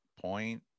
point